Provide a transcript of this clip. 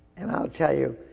and i'll tell you,